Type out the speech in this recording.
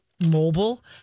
mobile